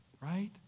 right